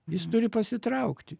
jis turi pasitraukti